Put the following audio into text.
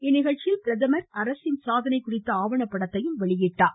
இந்நிகழ்ச்சியில் பிரதமர் அரசின் சாதனை குறித்த ஆவணப்படத்தை வெளியிட்டார்